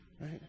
right